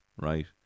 Right